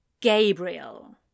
Gabriel